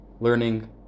learning